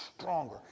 stronger